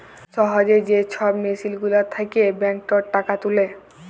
সহজে যে ছব মেসিল গুলার থ্যাকে ব্যাংকটর টাকা তুলে